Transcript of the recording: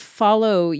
follow